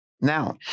Now